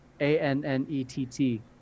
A-N-N-E-T-T